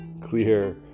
Clear